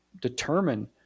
determine